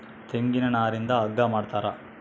ತೆಂಗಿನ ನಾರಿಂದ ಹಗ್ಗ ಮಾಡ್ತಾರ